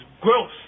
gross